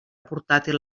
portàtil